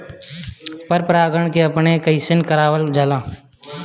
पर परागण अपने से कइसे करावल जाला?